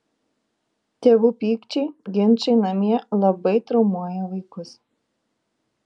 tėvų pykčiai ginčai namie labai traumuoja vaikus